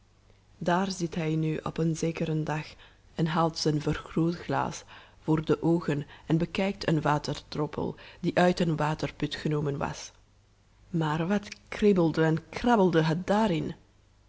daar zit hij nu op zekeren dag en houdt zijn vergrootglas voor de oogen en bekijkt een waterdroppel die uit een waterput genomen was maar wat kriebelde en krabbelde het daarin